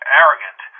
arrogant